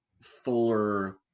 fuller